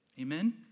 Amen